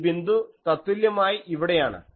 ഈ ബിന്ദു തത്തുല്യമായി ഇവിടെയാണ്